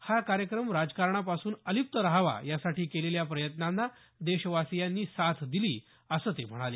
हा कार्यक्रम राजकारणापासून अलिप्त रहावा यासाठी केलेल्या प्रयत्नांना देशवासीयांनी साथ दिली असं ते म्हणाले